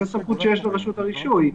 זו סמכות שיש לרשות הרישוי.